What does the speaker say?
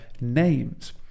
names